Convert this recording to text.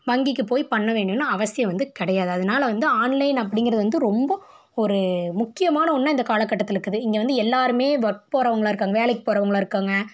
வங்கிக்கு போய் பண்ண வேணும்ன்னு அவசியம் வந்து கிடையாது அதனால வந்து ஆன்லைன் அப்படிங்கிறத வந்து ரொம்ப ஒரு முக்கியமான ஒன்றா இந்தக் காலகட்டத்தில் இருக்குது இங்கே வந்து எல்லாேருமே ஒர்க் போகிறவங்களா இருக்காங்க வேலைக்கு போகிறவங்களா இருக்காங்க